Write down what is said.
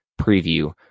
preview